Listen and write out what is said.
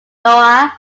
noah